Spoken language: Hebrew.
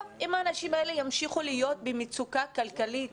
אם האנשים האלה ימשיכו להיות במצוקה כלכלית